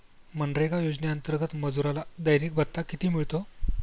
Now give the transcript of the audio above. मनरेगा योजनेअंतर्गत मजुराला दैनिक भत्ता किती मिळतो?